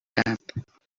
cap